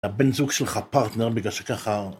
הבן זוג שלך פרטנר בגלל שככה...